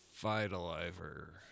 Vitaliver